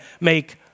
make